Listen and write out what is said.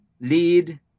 lead